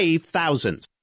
thousands